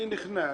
אני נכנס,